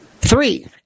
Three